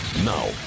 Now